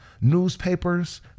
Newspapers